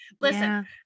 listen